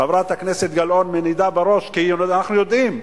חברת הכנסת גלאון מנידה בראש כי אנחנו יודעים,